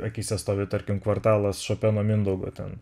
akyse stovi tarkim kvartalas šopeno mindaugo ten